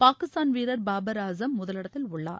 பாகிஸ்தான் வீரர் பாபர் ஆசம் முதலிடத்தில் உள்ளார்